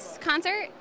concert